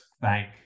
thank